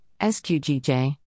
SQGJ